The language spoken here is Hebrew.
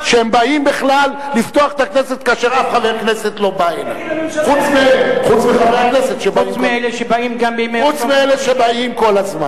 צריך לעצור את הרכבת מאשקלון לבאר-שבע ולבצע עבודות?